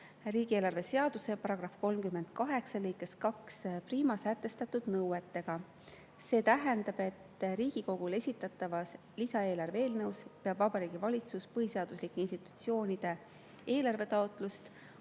riigieelarve seaduse § 38 lõikes 21sätestatud nõuetega. See tähendab, et Riigikogule esitatavas lisaeelarve eelnõus peab Vabariigi Valitsus põhiseaduslike institutsioonide eelarvetaotlusi